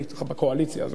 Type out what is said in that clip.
אני אתך בקואליציה הזאת,